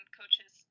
coaches